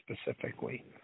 specifically